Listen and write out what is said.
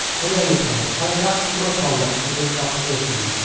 in any case i adapted my conduct to this supposition,